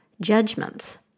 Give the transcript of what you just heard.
judgments